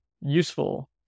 useful